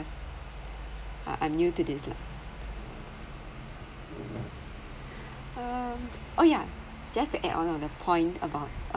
cause I'm new to this lah hmm oh ya just to add on the point about uh